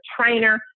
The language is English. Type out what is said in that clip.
trainer